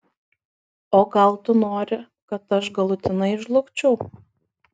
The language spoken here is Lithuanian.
o gal tu nori kad aš galutinai žlugčiau